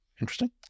Interesting